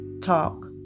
talk